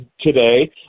today